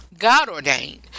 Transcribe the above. God-ordained